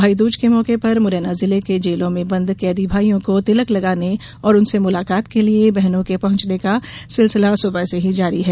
भाईदूज के मौके पर मुरैना जिले में जेलों में बंद कैदी भाईयों को तिलक लगाने और उनसे मुलाकात के लिये बहनों के पहुंचनें का सिलसिला सुबह से ही जारी है